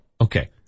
Okay